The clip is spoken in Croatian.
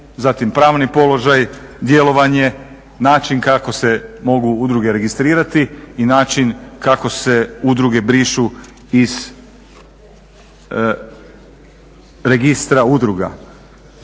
zatim pravni položaj, djelovanje, način kako se udruge mogu registrirati i način kako se udruge brišu iz registra udruga.